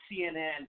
CNN